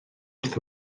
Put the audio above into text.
wrth